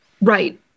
Right